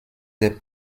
des